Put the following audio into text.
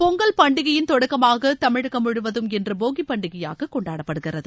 பொங்கல் பண்டிகையின் தொடக்கமாக தமிழகம் முழுவதும் இன்று போகிப்பண்டிகையாக கொண்டாடப்படுகிறது